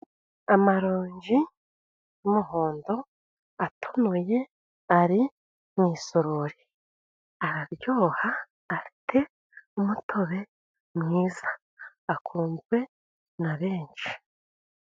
Amaronji y'umuhondo, atonoye ari mu isorori. Araryoha, afite umutobe mwiza, akunzwe na banish.